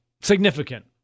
significant